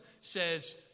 says